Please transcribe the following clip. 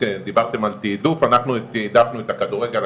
אנחנו תיעדפנו את הכדורגל,